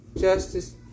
Justice